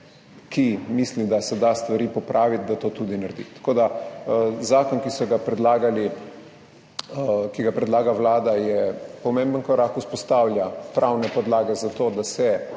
ki misli, da se da stvari popraviti, to tudi naredi. Zakon, ki ga predlaga Vlada, je pomemben korak. Vzpostavlja pravne podlage za to, da se